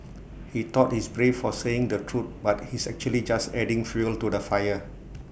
he thought he's brave for saying the truth but he's actually just adding fuel to the fire